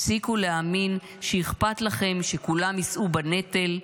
הפסיקו להאמין שאכפת לכם שכולם יישאו בנטל,